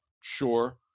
Sure